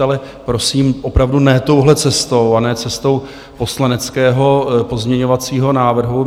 Ale prosím, opravdu ne touhle cestou a ne cestou poslaneckého pozměňovacího návrhu.